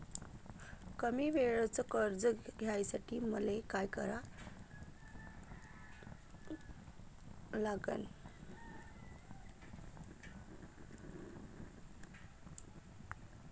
कमी वेळेचं कर्ज घ्यासाठी मले का करा लागन?